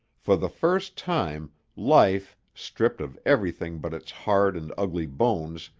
for the first time, life, stripped of everything but its hard and ugly bones,